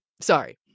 Sorry